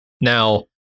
Now